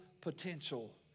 potential